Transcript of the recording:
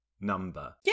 number